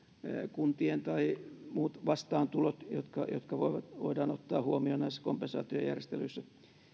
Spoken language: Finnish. kuntien tai muut vastaantulot jotka voidaan ottaa huomioon näissä kompensaatiojärjestelyissä